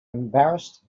embarrassed